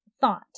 thought